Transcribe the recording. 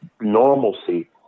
normalcy